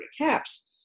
caps